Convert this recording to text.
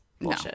No